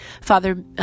Father